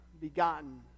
begotten